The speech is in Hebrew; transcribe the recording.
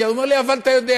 הוא אומר לי: אבל אתה יודע.